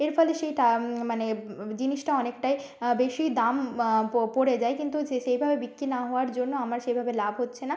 এর ফলে সেই টা মানে জিনিসটা অনেকটাই বেশি দাম পো পড়ে যায় কিন্তু যে সেইভাবে বিক্রি না হওয়ার জন্য আমার সেভাবে লাভ হচ্ছে না